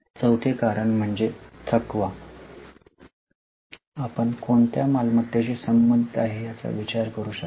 चौथे कारण म्हणजे थकवा आपण कोणत्या मालमत्तेशी संबंधित आहे याचा विचार करू शकता